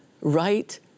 right